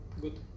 Good